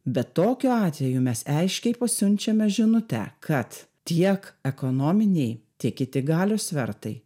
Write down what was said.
bet tokiu atveju mes aiškiai pasiunčiame žinutę kad tiek ekonominiai tiek kiti galios svertai